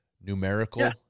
numerical